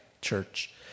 church